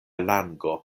lango